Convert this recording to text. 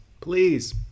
please